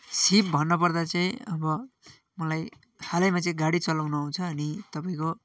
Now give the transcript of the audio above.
सिप भन्नु पर्दा चाहिँ अब मलाई हालैमा चाहिँ गाडी चलाउनु आउँछ अनि तपाईँको